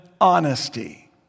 honesty